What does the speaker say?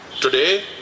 Today